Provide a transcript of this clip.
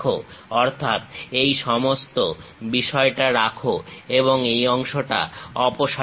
অর্থাৎ এই সমস্ত বিষয়টা রাখো এবং এই অংশটা অপসারিত করো